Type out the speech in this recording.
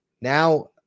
Now